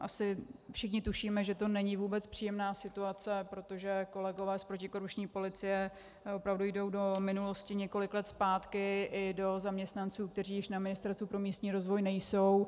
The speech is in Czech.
Asi všichni tušíme, že to není vůbec příjemná situace, protože kolegové z protikorupční policie opravdu jdou do minulosti několik let zpátky, i do zaměstnanců, kteří již na Ministerstvu pro místní rozvoj nejsou.